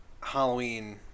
Halloween